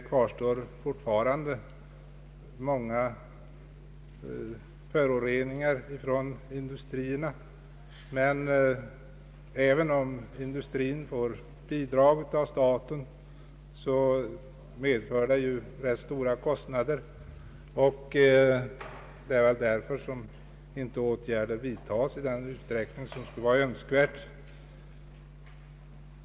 Fortfarande kvarstår många föroreningar från industrierna. Men även om industrin får bidrag av staten blir det ju rätt stora kostnader, och därför vidtas inte åtgärder i den utsträckning som skulle vara önskvärt.